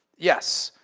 yes.